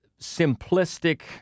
simplistic